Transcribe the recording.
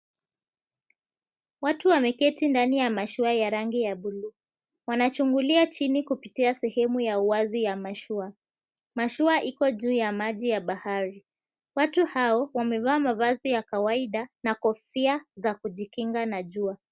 Watu wameketi ndani ya mashua ya rangi ya buluu. Wanachungulia chini kupitia sehemu ya uwazi ya mashua. Mashua iko juu ya maji ya bahari. Watu hao, wamevaa mavazi ya kawaida, na kofia za kujikinga na jua.